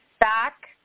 back